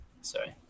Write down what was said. Sorry